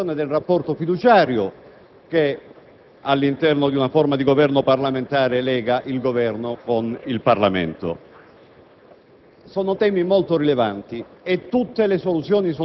il tema, addirittura, giunge ad investire la questione del rapporto fiduciario che, all'interno di una forma di Governo parlamentare, lega il Governo al Parlamento.